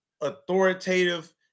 authoritative